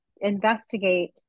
investigate